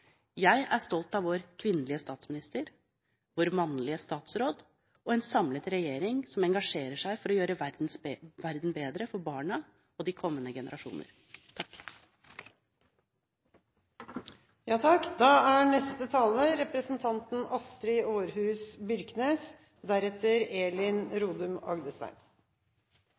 Jeg er stolt av vår kvinnelige statsminister, vår mannlige statsråd og en samlet regjering som engasjerer seg for å gjøre verden bedre for barna og de kommende generasjoner.